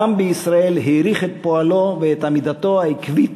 העם בישראל העריך את פועלו ואת עמידתו העקבית